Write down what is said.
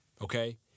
Okay